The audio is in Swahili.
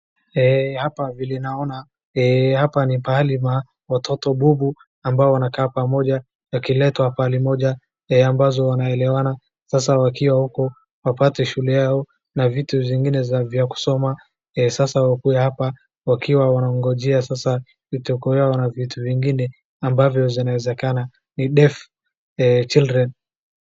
Hapa vile naona, hapa ni pahali pa watoto bubu ambao wanakaa pamoja, wakiletwa pahali moja ambazo wanaelewana sasa wakiwa huko wapate shule yao na vitu vingine vya kusoma, sasa wakuwe hapa wakiwa wanangojea sasa yao na vitu vingine ambavyo zinawezekana. Ni deaf children .